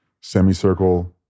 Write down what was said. semicircle